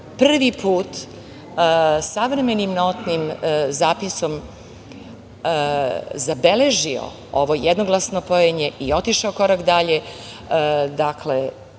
prvi put savremenim notnim zapisom zabeležio ovo jednoglasno pojenje i otišao korak dalje.